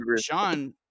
Sean